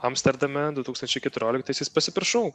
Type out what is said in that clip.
amsterdame du tūkstančiai keturioliktaisiais pasipiršau